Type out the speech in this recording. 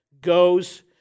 goes